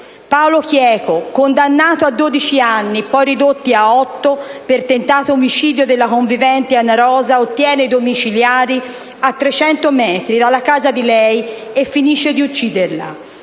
Paolo Chieco, che, condannato a 12 anni, poi ridotti a 8 anni, per tentato omicidio della convivente Anna Rosa, ottiene i domiciliari a 300 metri dalla casa di lei e finisce di ucciderla;